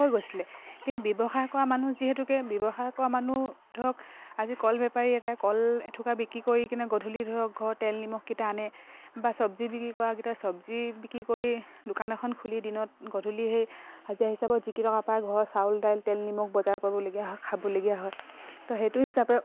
হৈ গৈছিলে কিন্তু ব্যৱসায় কৰা মানুহ যিহেতুকে ব্যৱসায় কৰা মানুহ ধৰক আজি কল বেপাৰী এটাই কল এথোকা বিক্ৰী কৰি কিনে গধূলি ধৰক ঘৰ তেল নিমখকেইটা আনে বা চব্জি বিক্ৰী কৰাকেইটা চব্জি বিক্ৰী কৰি দোকান এখন খুলি দিনত গধূলি সেই হাজিৰা হিচাপত যিকেইটকা পায় ঘৰৰ চাউল দাইল তেল নিমখ বজাৰ কৰিবলগীয়া হয় খাবলগীয়া হয় ত' সেইটো হিচাপে